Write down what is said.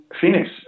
Phoenix